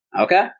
Okay